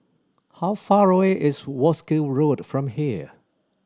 how far away is Wolskel Road from here